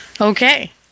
Okay